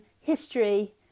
history